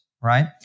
right